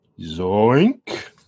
zoink